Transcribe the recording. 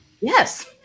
Yes